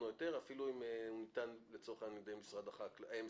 או היתר אפילו אם הוא ניתן על ידי משרד הבריאות.